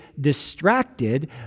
distracted